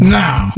now